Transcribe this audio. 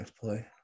play